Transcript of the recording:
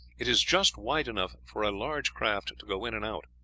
it is just wide enough for a large craft to go in and out.